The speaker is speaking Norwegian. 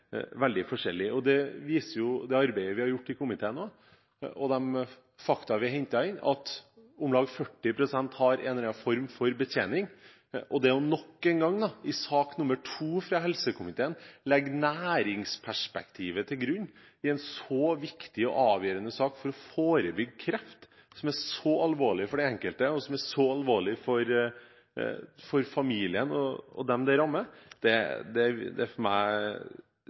vi har hentet inn, viser at om lag 40 pst. har en eller annen form for betjening. Nok en gang, i sak nummer to fra helsekomiteen, legges næringsperspektivet til grunn i en så viktig og avgjørende sak for å forebygge kreft, som er så alvorlig for den enkelte, for familien og dem det rammer. Det er for meg ikke uforståelig, men det framstår som litt merkelig. Det